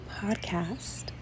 podcast